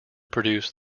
produced